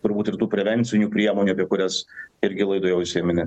rūt ir tų prevencinių priemonių apie kurias irgi laidoje užsiminė